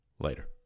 Later